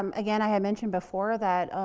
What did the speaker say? um again, i had mentioned before that,